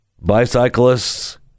bicyclists